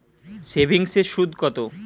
সেভিংসে সুদ কত?